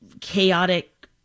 chaotic